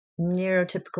neurotypical